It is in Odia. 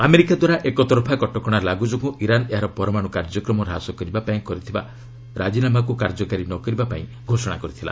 ଆମେରିକା ଦ୍ୱାରା ଏକତରଫା କଟକଣା ଲାଗୁ ଯୋଗୁଁ ଇରାନ୍ ଏହାର ପରମାଣୁ କାର୍ଯ୍ୟକ୍ରମ ହାସ କରିବା ପାଇଁ କରିଥିବା ରାଜୀନାମାକୁ କାର୍ଯ୍ୟକାରୀ ନକରିବା ପାଇଁ ଘୋଷଣା କରିଥିଲା